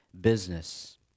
business